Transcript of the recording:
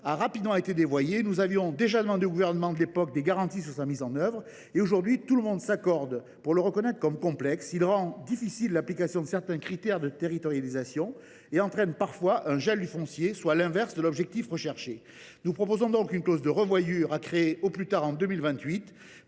a rapidement été dévoyée. Nous avions déjà demandé au Gouvernement de l’époque des garanties sur la mise en œuvre de ce dispositif, dont tout le monde s’accorde aujourd’hui à reconnaître la complexité. Il rend l’application de certains critères de territorialisation difficile et entraîne parfois un gel du foncier, soit l’inverse de l’objectif visé. Nous proposons donc une clause de revoyure, au plus tard en 2028,